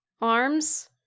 arms